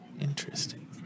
Interesting